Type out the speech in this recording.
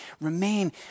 remain